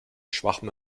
schwachem